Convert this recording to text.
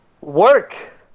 Work